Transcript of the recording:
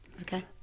okay